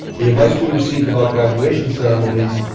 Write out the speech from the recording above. the advice we received about graduation ceremonies.